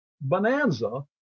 Bonanza